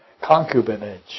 concubinage